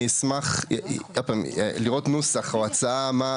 אני אשמח לראות נוסח או הצעה מה,